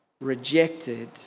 rejected